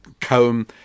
comb